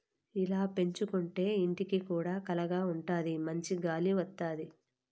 ఇలా పెంచుకోంటే ఇంటికి కూడా కళగా ఉంటాది మంచి గాలి వత్తది